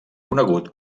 conegut